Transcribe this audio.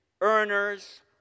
earners